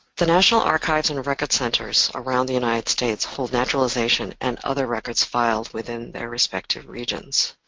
the national archives and records centers around the united states hold naturalization and other records filed within their respective regions.